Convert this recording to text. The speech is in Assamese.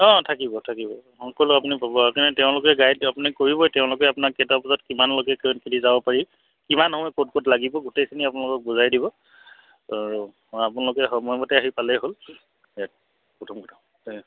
অঁ থাকিব থাকিব সকলো আপুনি পাব সেইকাৰণ তেওঁলোকে গাইড আপুনি কৰিবই তেওঁলোকে আপোনাক কেইটা বজাত কিমানলৈকে কিমানখিনি যাব পাৰি কিমান সময় ক'ত ক'ত লাগিব গোটেইখিনি আপোনালোকক বুজাই দিব আৰু আপোনালোকে সময়মতে আহি পালেই হ'ল ইয়াত প্ৰথম প্ৰথম